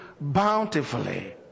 bountifully